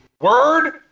Word